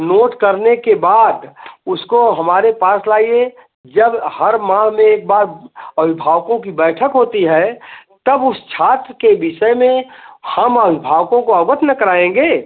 note करने के बाद उसको हमारे पास लाइए जब हर माह में एक बार अभिभावकों की बैठक होती है तब उस छात्र के विषय में हम अभिभावकों को अवगत न कराएँगे